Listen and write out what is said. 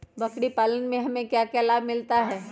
बकरी पालने से हमें क्या लाभ मिलता है?